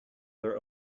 their